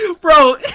Bro